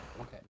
Okay